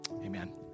Amen